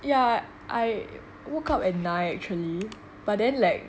yeah I woke up at nine actually but then like